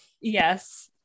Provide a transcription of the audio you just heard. Yes